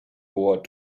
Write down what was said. bor